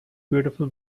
beautiful